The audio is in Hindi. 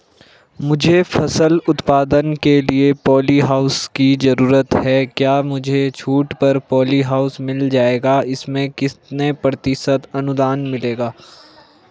मुझे फसल उत्पादन के लिए प ॉलीहाउस की जरूरत है क्या मुझे छूट पर पॉलीहाउस मिल जाएगा इसमें कितने प्रतिशत अनुदान मिलेगा?